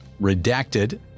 redacted